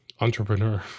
entrepreneur